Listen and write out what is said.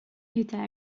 l’état